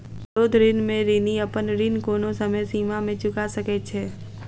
अनुरोध ऋण में ऋणी अपन ऋण कोनो समय सीमा में चूका सकैत छै